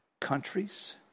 countries